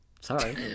Sorry